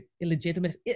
illegitimate